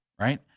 right